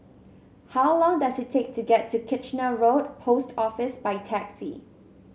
how long does it take to get to Kitchener Road Post Office by taxi